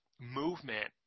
movement